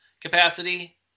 capacity